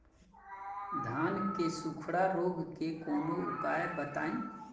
धान के सुखड़ा रोग के कौनोउपाय बताई?